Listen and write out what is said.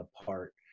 apart